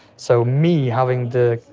so me having the,